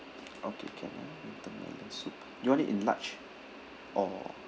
okay can ah winter melon soup you want it in large or